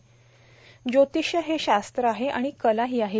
ज्योतिष हे शास्त्र आहे आणि कलाही आहे